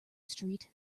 street